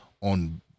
On